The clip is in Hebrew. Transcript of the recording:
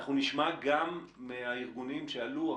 אנחנו גם מהארגונים שעלו.